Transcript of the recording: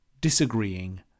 disagreeing